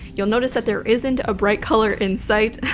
you'll notice that there isn't a bright color in sight.